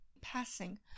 passing